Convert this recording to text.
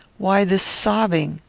why this sobbing?